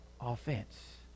Offense